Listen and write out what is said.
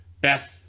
Best